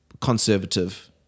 conservative